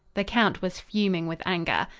the count was fuming with anger.